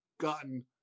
gotten